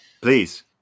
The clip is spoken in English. Please